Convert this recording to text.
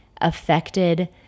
affected